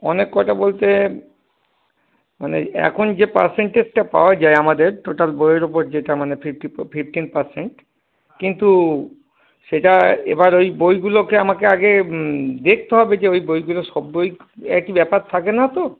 অনেক কটা বলতে মানে এখন যে পার্সেন্টেজটা পাওয়া যায় আমাদের টোটাল বইয়ের ওপর যেটা মানে ফিফটি ফিফটিন পার্সেন্ট কিন্তু সেটা এবার ওই বইগুলোকে আমাকে আগে দেখতে হবে যে ওই বইগুলো সব বই একই ব্যাপার থাকে না তো